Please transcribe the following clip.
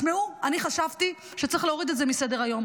תשמעו, אני חשבתי שצריך להוריד את זה מסדר-היום.